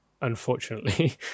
unfortunately